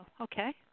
okay